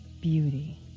beauty